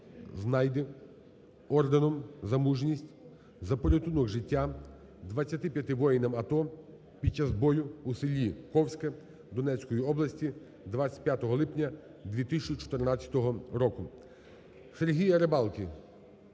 Знайди орденом "За мужність" за порятунок життя 25 воїнам АТО під час бою у селі Ковське Донецької області 25 липня 2014 року.